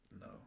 No